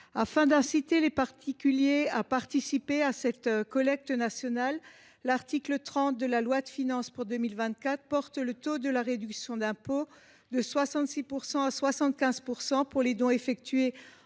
Afin d’inciter les particuliers à concourir à cette collecte nationale, l’article 30 de la loi de finances pour 2024 porte le taux de la réduction d’impôt de 66 % à 75 % pour les dons effectués entre